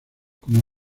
como